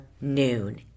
noon